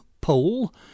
poll